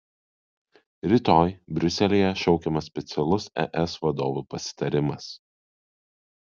rytoj briuselyje šaukiamas specialus es vadovų pasitarimas